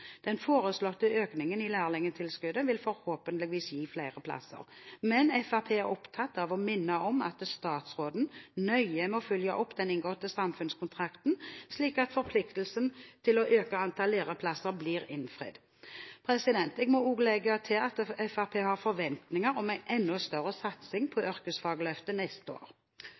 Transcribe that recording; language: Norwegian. Den foreslåtte økningen i lærlingtilskuddet vil forhåpentligvis gi flere plasser, men Fremskrittspartiet er opptatt av å minne om at statsråden nøye må følge opp den inngåtte samfunnskontrakten slik at forpliktelsen til å øke antall læreplasser blir innfridd. Jeg må også legge til at Fremskrittspartiet har forventninger om en enda større satsing på Yrkesfagløftet neste år.